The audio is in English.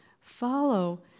follow